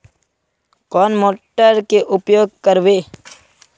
कौन मोटर के उपयोग करवे?